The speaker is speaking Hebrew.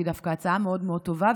שהיא דווקא הצעה מאוד מאוד טובה,